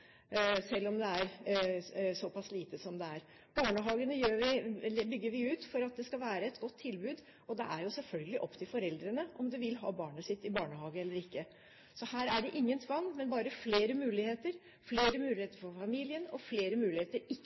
selv om det er såpass lite som det er. Barnehagene bygger vi ut for at det skal være et godt tilbud, og det er selvfølgelig opp til foreldrene om de vil ha barnet sitt i barnehage eller ikke. Så i dette forslaget fra regjeringens side er det ingen tvang, men bare flere muligheter – flere muligheter for familien og flere muligheter ikke